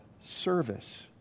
service